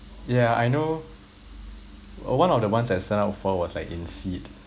yeah I know one of the ones I signed up for was like in seed